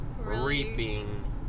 reaping